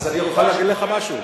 אז אני יכול להגיד לך משהו?